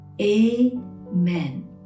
Amen